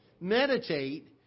Meditate